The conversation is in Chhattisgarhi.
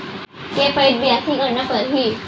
के पइत बियासी करना परहि?